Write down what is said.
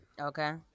Okay